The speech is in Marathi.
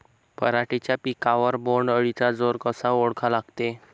पराटीच्या पिकावर बोण्ड अळीचा जोर कसा ओळखा लागते?